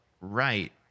right